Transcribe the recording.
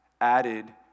added